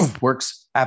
works